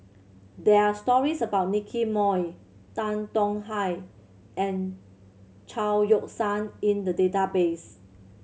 there are stories about Nicky Moey Tan Tong Hye and Chao Yoke San in the database